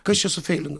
kas čia sufeilino